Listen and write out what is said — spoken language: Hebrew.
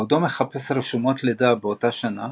בעודו מחפש רשומות לידה באותה שנה,